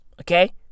Okay